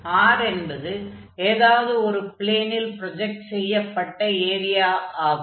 R என்பது ஏதாவது ஒரு ப்ளேனில் ப்ரொஜக்ட் செய்யப்பட்ட ஏரியாவாகும்